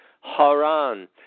Haran